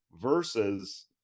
versus